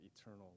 eternal